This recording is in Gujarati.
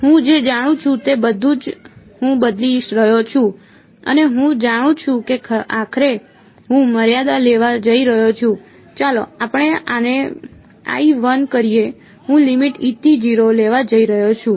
હું જે જાણું છું તે બધું જ હું બદલી રહ્યો છું અને હું જાણું છું કે આખરે હું મર્યાદા લેવા જઈ રહ્યો છું ચાલો આપણે આને કરીએ હું લેવા જઈ રહ્યો છું